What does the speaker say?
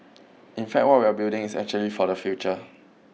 in fact what we are building is actually for their future